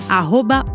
arroba